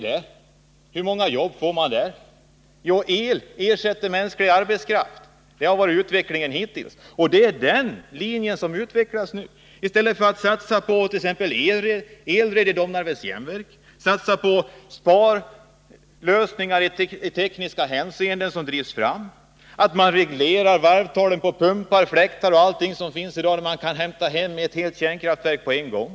Men hur många jobb får man där? Det är ju så att el ersätter mänsklig arbetskraft. Så har utvecklingen varit hittills. Det är alltså den linjen man vill gå vidare på nu i stället för att satsa t.ex. på elred i Domnarvets Jernverk, på att driva fram energisparande lösningar i tekniska hänseenden. Man kan t.ex. reglera varvtalen på pumpar, fläktar och allt sådant, så att man kan spara in ett helt kärnkraftverk på en gång.